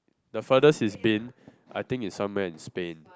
the furthest is Spain I think is somewhere in Spain